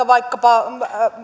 vaikkapa